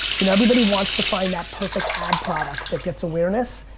you know everybody wants to find that perfect ad product that gets awareness,